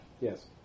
Yes